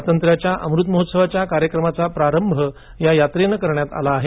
स्वातंत्र्याच्या अमृत महोत्सावाच्या कार्यक्रमांचा प्रारंभ या यात्रेने करण्यात आला आहे